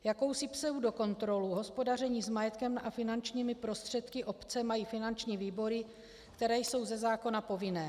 Jakousi pseudokontrolu hospodaření s majetkem a finančními prostředky obce mají finanční výbory, které jsou ze zákona povinné.